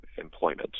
employment